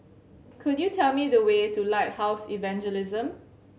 could you tell me the way to Lighthouse Evangelism